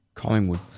collingwood